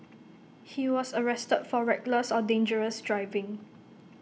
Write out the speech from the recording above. he was arrested for reckless or dangerous driving